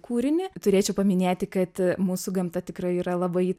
kūrinį turėčiau paminėti kad mūsų gamta tikrai yra labai